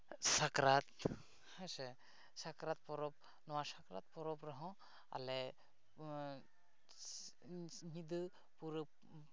ᱥᱟᱠᱨᱟᱛ ᱦᱮᱸᱥᱮ ᱥᱟᱠᱨᱟᱛ ᱯᱚᱨᱚᱵᱽ ᱱᱚᱣᱟ ᱥᱟᱠᱨᱟᱛ ᱯᱚᱨᱚᱵᱽ ᱨᱮᱦᱚᱸ ᱟᱞᱮ ᱧᱤᱫᱟᱹ ᱯᱩᱨᱟᱹ